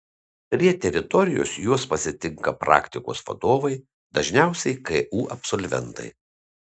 prie teritorijos juos pasitinka praktikos vadovai dažniausiai ku absolventai